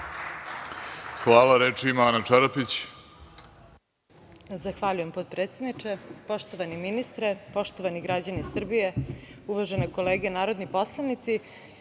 Hvala. Reč ima Ana Čarapić.